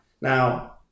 Now